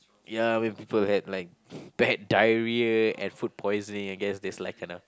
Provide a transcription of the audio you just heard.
ya when people had like bad diarrhea and food poisoning I guess this like kinda